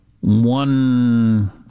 One